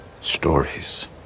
Stories